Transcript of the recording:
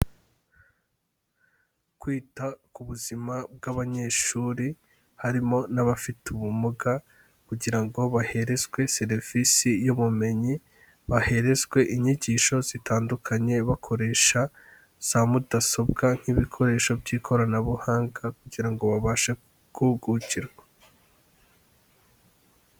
Kwita ku buzima bw'abanyeshuri harimo n'abafite ubumuga kugira ngo baherezwe serivisi y'ubumenyi, baherezwe inyigisho zitandukanye bakoresha za mudasobwa nk'ibikoresho by'ikoranabuhanga kugira ngo babashe guhugukirwa.